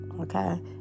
Okay